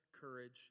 courage